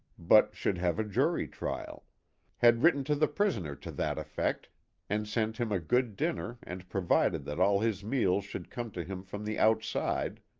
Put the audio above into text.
but should have a jury trial had written to the prisoner to that effect and sent him a good dinner and provided that all his meals should come to him from the outside,